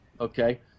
Okay